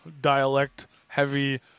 dialect-heavy